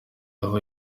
aho